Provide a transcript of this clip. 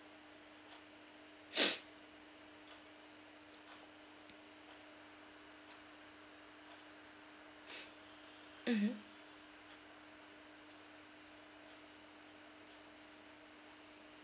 mmhmm